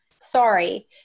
sorry